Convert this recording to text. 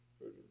good